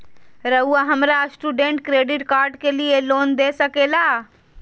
रहुआ हमरा student credit card के लिए लोन दे सके ला?